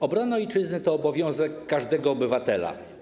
Obrona ojczyzny to obowiązek każdego obywatela.